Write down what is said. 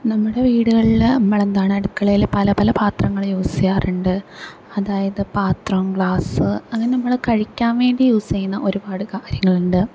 നമ്മുടെ വീടുകളില് നമ്മളെന്താണ് അടുക്കളയില് പല പല പാത്രങ്ങള് യൂസ് ചെയ്യാറുണ്ട് അതായത് പാത്രം ഗ്ലാസ് അങ്ങനെ നമ്മൾ കഴിക്കാൻ വേണ്ടി യൂസ് ചെയ്യുന്ന ഒരുപാട് കാര്യങ്ങളുണ്ട്